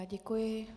Děkuji.